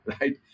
right